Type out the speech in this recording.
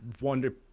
wonder